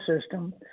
system